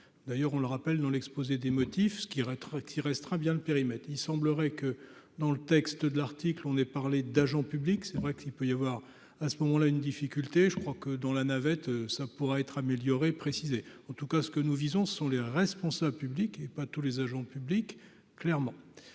d'ailleurs, on le rappelle, dans l'exposé des motifs, ce qui qui restera bien le périmètre, il semblerait que dans le texte de l'article, on ait parlé d'agents publics, c'est vrai qu'il peut y avoir à ce moment-là, une difficulté, je crois que dans la navette, ça pourra être améliorée précisé en tout cas ce que nous visons sont les responsables publics et pas tous les agents publics clairement